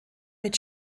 mit